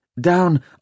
Down